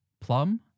plum